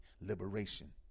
liberation